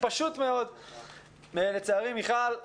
מיכל,